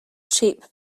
cheap